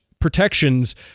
protections